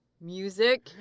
music